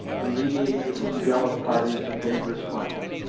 in mediating between jealous parties and dangerous claims.